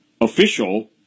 official